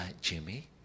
Jimmy